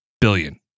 billion